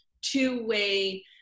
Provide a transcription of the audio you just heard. two-way